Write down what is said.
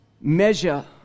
measure